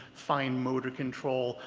fine motor control,